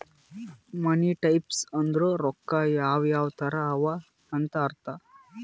ಮನಿ types ಅಂದುರ್ ರೊಕ್ಕಾ ಯಾವ್ ಯಾವ್ ತರ ಅವ ಅಂತ್ ಅರ್ಥ